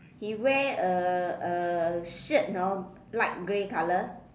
he wear a a shirt hor light grey colour